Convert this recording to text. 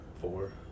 Four